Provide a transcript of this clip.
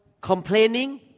complaining